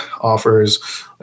offers